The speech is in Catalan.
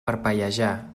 parpellejar